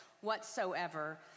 whatsoever